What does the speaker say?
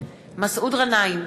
מסעוד גנאים,